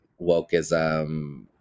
wokeism